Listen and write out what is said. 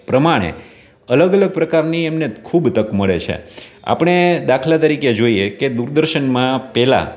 પ્રમાણે અલગ અલગ પ્રકારની એમને ખૂબ તક મળે છે આપણે દાખલા તરીકે જોઈએ કે દૂરદર્શનમાં પહેલાં